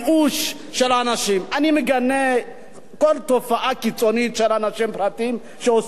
אני מגנה כל תופעה קיצונית שאנשים פרטיים עושים על עצמם.